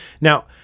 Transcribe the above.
Now